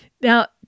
Now